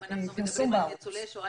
אם אנחנו מדברים על ניצולי שואה,